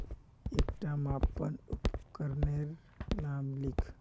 एकटा मापन उपकरनेर नाम लिख?